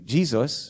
Jesus